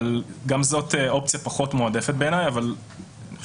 גם זאת אופציה פחות מועדפת בעיניי ואני חושב